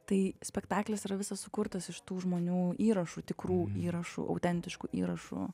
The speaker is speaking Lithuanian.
tai spektaklis yra visas sukurtas iš tų žmonių įrašų tikrų įrašų autentiškų įrašų